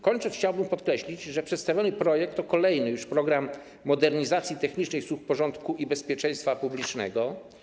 Kończąc, chciałbym podkreślić, że przedstawiony projekt to kolejny już program modernizacji technicznej służb porządku i bezpieczeństwa publicznego.